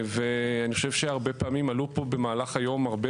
אני חושב שהרבה פעמים עלו פה במהלך היום הרבה